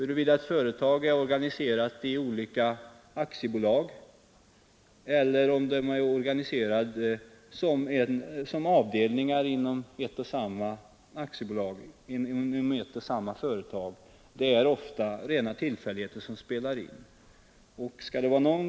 Rena tillfälligheter avgör många gånger om ett företag är organiserat i ett antal aktiebolag eller på olika avdelningar inom ett och samma företag.